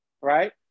right